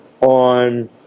on